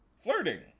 flirting